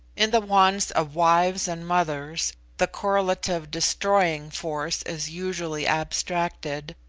in the wands of wives and mothers the correlative destroying force is usually abstracted,